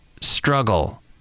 struggle